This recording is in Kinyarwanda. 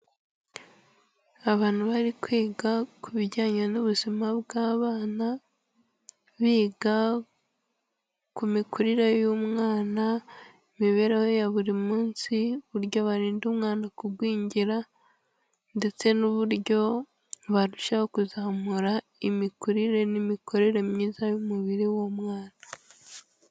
Abantu bari kwiga ku bijyanye n'ubuzima bw'abana, biga ku mikurire y'umwana, imibereho ya buri munsi, uburyo barinda umwana kugwingira ndetse n'uburyo barushaho kuzamura imikurire n'imikorere myiza y'umubiri w'umwana.